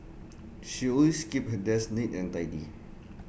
she always keeps her desk neat and tidy